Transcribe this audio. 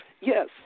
Yes